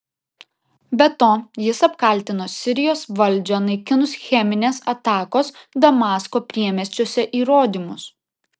be to jis apkaltino sirijos valdžią naikinus cheminės atakos damasko priemiesčiuose įrodymus